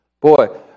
Boy